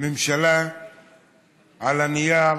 ממשלה על הנייר